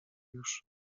już